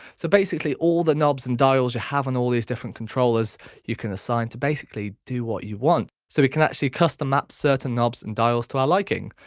so basically all the knobs and dials you have on all these different controls you can assign to basically do what you want. so you can actually custom map certain knobs and dials to our liking.